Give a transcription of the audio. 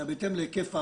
אלא בהתאם להיקף העבודה.